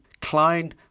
Klein